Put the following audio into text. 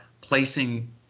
placing